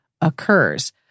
occurs